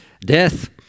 Death